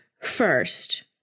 First